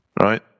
Right